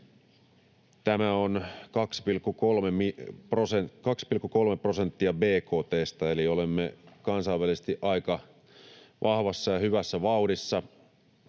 Tämä on 2,3 prosenttia bkt:stä, eli olemme kansainvälisesti aika vahvassa ja hyvässä vauhdissa.